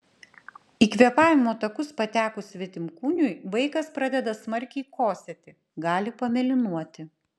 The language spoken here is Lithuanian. į kvėpavimo takus patekus svetimkūniui vaikas pradeda smarkiai kosėti gali pamėlynuoti